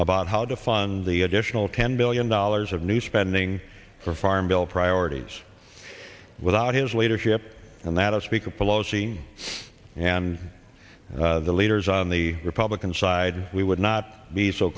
about how to fund the additional ten billion dollars of new spending for farm bill priorities without his leadership and that a speaker pelosi and the leaders on the republican side we would not be so